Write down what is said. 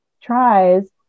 tries